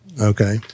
Okay